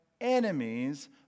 enemies